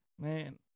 Man